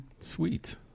Sweet